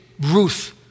Ruth